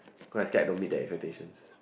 like I scare I don't meet that expectation